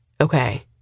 Okay